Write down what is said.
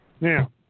Now